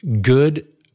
good